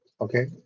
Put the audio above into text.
Okay